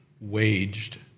waged